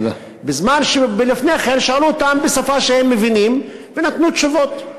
בזמן שלפני כן שאלו אותם בשפה שהם מבינים והם נתנו תשובות.